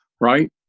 Right